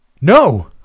No